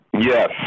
Yes